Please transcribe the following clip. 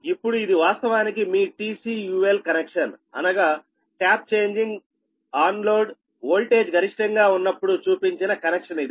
ఇప్పుడు ఇది వాస్తవానికి మీ TCUL కనెక్షన్ అనగా ట్యాప్ చేంజింగ్ ఆన్ లోడ్ఓల్టేజ్ గరిష్టంగా ఉన్నప్పుడు చూపించిన కనెక్షన్ ఇది